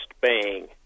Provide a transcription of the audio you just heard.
bang